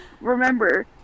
remember